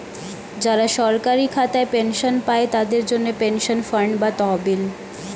যারা সরকারি খাতায় পেনশন পায়, তাদের জন্যে পেনশন ফান্ড বা তহবিল